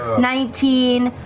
nineteen,